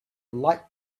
light